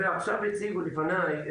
האחרון שהציג פה לפני,